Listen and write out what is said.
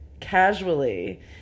casually